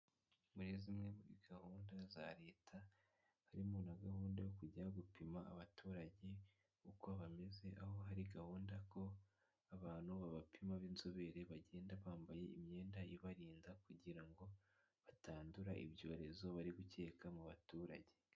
Muri zimwe muri gahunda za leta harimo na gahunda yo kujya gupima abaturage uko bameze aho hari gahunda ko abantu babapima b'inzobere bagenda bambaye imyenda ibarinda kugira ngo batandura ibyorezo bari gukeka mu baturage.